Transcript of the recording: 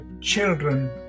children